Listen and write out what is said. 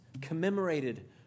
commemorated